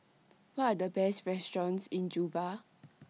What Are The Best restaurants in Juba